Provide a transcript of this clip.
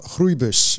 Groeibus